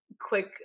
quick